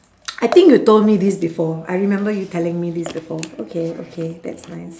I think you told me this before I remember you telling me this before okay okay that's nice